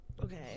Okay